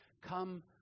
Come